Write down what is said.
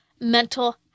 mental